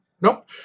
Nope